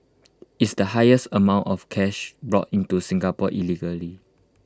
it's the highest amount of cash brought into Singapore illegally